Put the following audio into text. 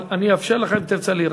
אבל אני אאפשר לך, אם תרצה, להירשם.